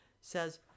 says